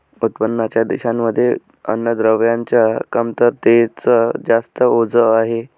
उत्पन्नाच्या देशांमध्ये अन्नद्रव्यांच्या कमतरतेच जास्त ओझ आहे